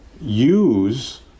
use